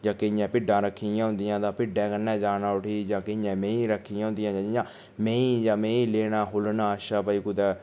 जां केइयें भिड्डां रक्खी दियां होंदियां ते भिड्डां कन्नै जाना उठी जां केइयें मेहीं रक्खी दिया होंदियां जां मेहीं जां मेहीं लेना खुल्लना अच्छा भई कुतै